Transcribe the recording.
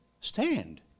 Stand